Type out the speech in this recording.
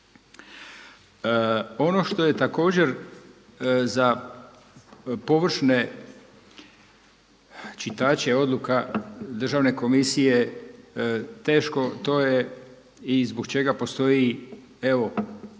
Ono što je također za površne čitače odluka državne komisije teško to je i zbog čega postoji evo